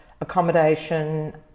accommodation